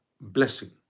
blessing